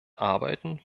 arbeiten